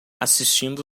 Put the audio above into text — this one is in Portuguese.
assistindo